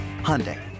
Hyundai